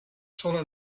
sola